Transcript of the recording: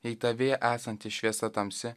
jei tavy esanti šviesa tamsi